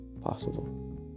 possible